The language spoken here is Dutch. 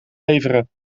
leveren